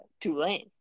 Tulane